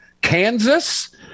Kansas